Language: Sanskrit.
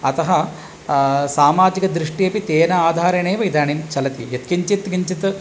अतः सामाजिकदृष्टिः अपि तेन आधारेणेव इदानीं चलति यत् किञ्चित् किञ्चित्